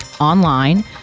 online